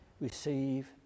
Receive